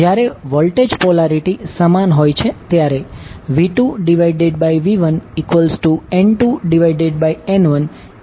જ્યારે voltage polarity સમાન હોય છે ત્યારે V2V1N2N1n